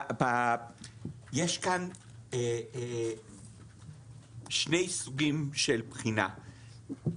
יש כאן שני סוגים של בחינה.